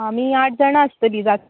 आमी आठ जाणां आसतलीं